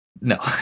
No